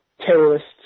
terrorists